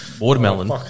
watermelon